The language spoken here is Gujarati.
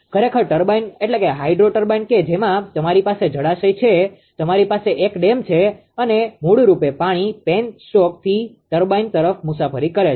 ખરેખર હાઈડ્રો ટર્બાઇન કે જેમાં તમારી પાસે જળાશય છે તમારી પાસે એક ડેમ છે અને મૂળરૂપે પાણી પેનસ્ટોકથી ટર્બાઇન તરફ મુસાફરી કરે છે